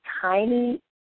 tiny